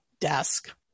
desk